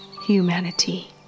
humanity